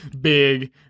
Big